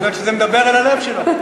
יכול להיות שזה מדבר אל הלב שלו.